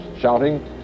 shouting